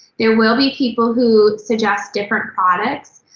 there will be people who suggest different products.